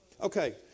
Okay